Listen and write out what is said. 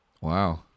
Wow